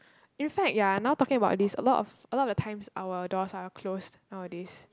in fact ya now talking about this a lot of a lot of the times our doors are closed nowadays